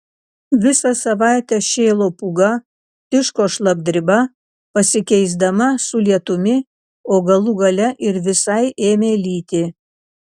visą savaitę šėlo pūga tiško šlapdriba pasikeisdama su lietumi o galų gale ir visai ėmė lyti